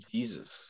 Jesus